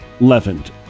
leavened